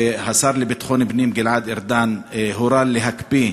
והשר לביטחון פנים גלעד ארדן הורה להקפיא